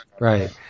right